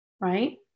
right